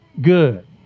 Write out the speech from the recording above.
good